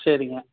சரிங்க